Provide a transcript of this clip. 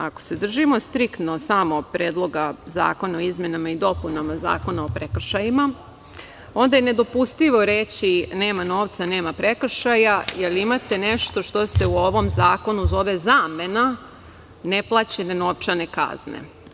Ako se striktno držimo samo Predlogazakona o izmenama i dopunama Zakona o prekršajima, onda je nedopustivo reći - nema novca, nema prekršaja, jer imate nešto što se u ovom zakonu zove zamena neplaćene novčane kazne.